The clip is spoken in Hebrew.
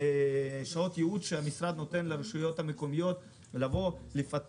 שעות ייעוץ שהמשרד נותן לרשויות המקומיות לפתח.